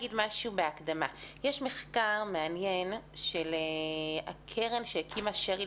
יש מחקר מעניין של הקרן שהקימה שריל